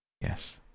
Yes